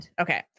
Okay